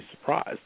surprised